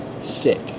sick